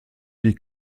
die